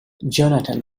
johnathan